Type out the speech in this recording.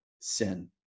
sin